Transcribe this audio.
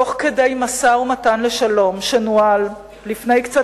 תוך כדי משא-ומתן לשלום שנוהל לפני קצת